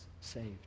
saved